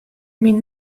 myn